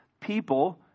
People